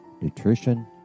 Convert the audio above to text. nutrition